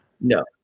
No